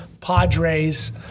Padres